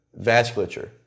vasculature